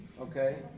okay